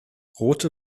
rote